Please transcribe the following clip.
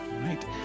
right